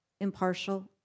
impartial